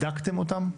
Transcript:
בדקתם אותן?